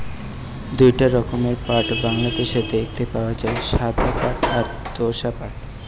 দুইটা রকমের পাট বাংলাদেশে দেখতে পাওয়া যায়, সাদা পাট আর তোষা পাট